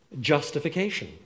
justification